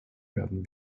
werden